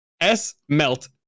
S-Melt